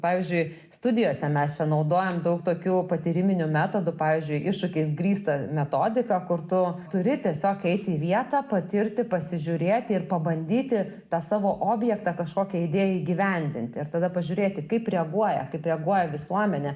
pavyzdžiui studijose mes čia naudojam daug tokių patyriminių metodų pavyzdžiui iššūkiais grįstą metodiką kur tu turi tiesiog eit į vietą patirti pasižiūrėti ir pabandyti tą savo objektą kažkokią idėją įgyvendinti ir tada pažiūrėti kaip reaguoja kaip reaguoja visuomenė